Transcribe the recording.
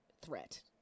threat